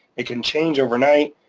it can change overnight.